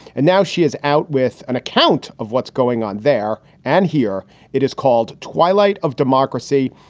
and now she is out with an account of what's going on there. and here it is called twilight of democracy,